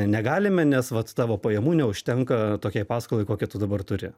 negalime nes vat tavo pajamų neužtenka tokiai paskolai kokia tu dabar turi